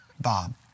Bob